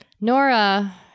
nora